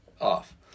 Off